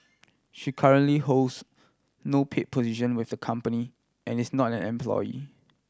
she currently holds no paid position with the company and is not an employee